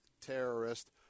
terrorist